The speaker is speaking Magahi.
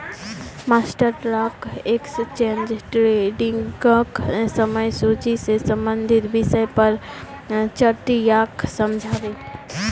मास्टर स्टॉक एक्सचेंज ट्रेडिंगक समय सूची से संबंधित विषय पर चट्टीयाक समझा बे